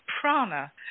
prana